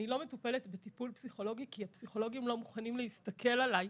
אני לא מטופלת בטיפול פסיכולוגי כי הפסיכולוגים לא מוכנים להסתכל עלי,